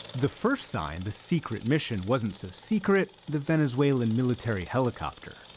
the first sign the secret mission wasn't so secret, the venezuelan military helicopter.